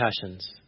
passions